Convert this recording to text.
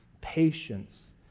patience